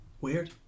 Weird